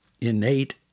innate